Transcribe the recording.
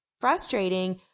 frustrating